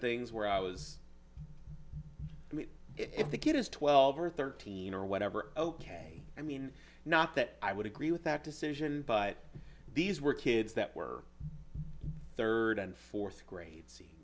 things where i was i mean if the kid is twelve or thirteen or whatever ok i mean not that i would agree with that decision by these were kids that were third and fourth grade